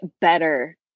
better